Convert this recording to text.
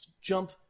jump